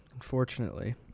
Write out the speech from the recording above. Unfortunately